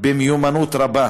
במיומנות רבה